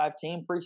team